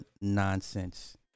nonsense